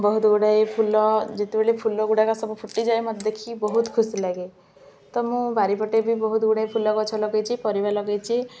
ବହୁତଗୁଡ଼ାଏ ଫୁଲ ଯେତେବେଳେ ଫୁଲ ଗୁଡ଼ାକ ସବୁ ଫୁଟିଯାଏ ମତେ ଦେଖିକି ବହୁତ ଖୁସି ଲାଗେ ତ ମୁଁ ବାରି ପଟେ ବି ବହୁତଗୁଡ଼ାଏ ଫୁଲ ଗଛ ଲଗେଇଛି ପରିବା ଲଗେଇଛି